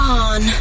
on